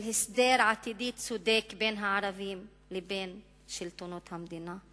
הסדר עתידי צודק בין הערבים לבין שלטונות המדינה.